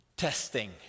testing